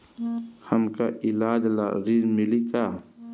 हमका ईलाज ला ऋण मिली का?